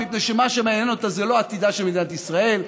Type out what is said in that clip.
מפני שמה שמעניין אותה זה לא עתידה של מדינת ישראל,